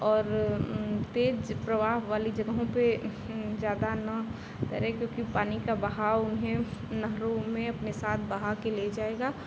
और तेज़ प्रवाह वाली जगहों पर ज़्यादा न तैरें क्योंकि पानी का बहाव उन्हें नहरों में अपने साथ बहा कर ले जाएगा